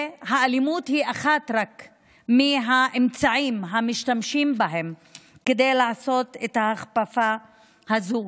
והאלימות היא רק אחד מהאמצעים שמשתמשים בהם כדי לעשות את ההכפפה הזו.